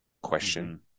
question